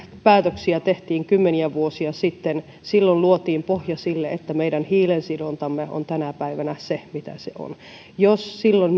päätöksiä tehtiin kymmeniä vuosia sitten silloin luotiin pohja sille että meidän hiilensidontamme on tänä päivänä se mitä se on jos silloin